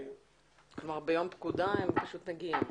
כלומר, ביום פקודה הם פשוט מגיעים.